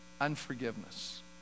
Unforgiveness